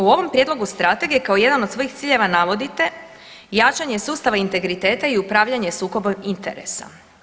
U ovom prijedlogu Strategije kao jedan od svojih ciljeva navodite jačanje sustava integriteta i upravljanje sukoba interesa.